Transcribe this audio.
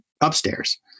upstairs